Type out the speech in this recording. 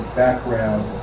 background